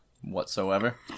whatsoever